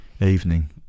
evening